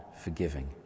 forgiving